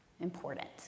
important